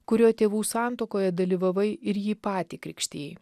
kurio tėvų santuokoje dalyvavai ir jį patį krikštijai